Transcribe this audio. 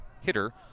hitter